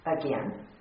again